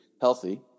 healthy